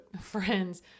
friends